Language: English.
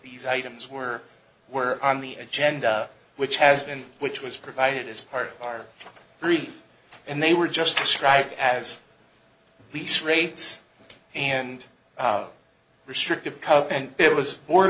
these items were were on the agenda which has been which was provided as part of our three and they were just described as lease rates and restrictive cup and it was bo